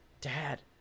Dad